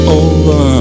over